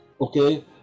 okay